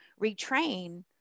retrain